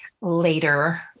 later